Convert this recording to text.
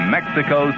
Mexico